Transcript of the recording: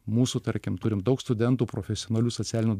mūsų tarkim turime daug studentų profesionalių socialinių